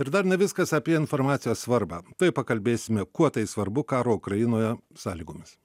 ir dar ne viskas apie informacijos svarbą tuoj pakalbėsime kuo tai svarbu karo ukrainoje sąlygomis